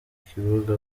kibuga